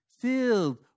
filled